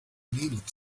needed